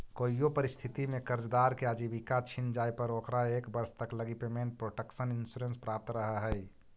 कोइयो परिस्थिति में कर्जदार के आजीविका छिन जाए पर ओकरा एक वर्ष तक लगी पेमेंट प्रोटक्शन इंश्योरेंस प्राप्त रहऽ हइ